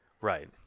right